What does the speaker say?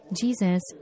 Jesus